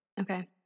Okay